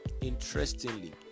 interestingly